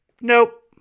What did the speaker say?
Nope